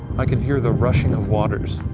i can hear the rushing of waters.